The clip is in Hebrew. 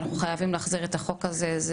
ואנחנו חייבים להחזיר את החוק הזה.